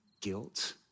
guilt